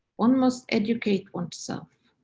one must educate oneself.